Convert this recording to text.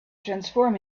transform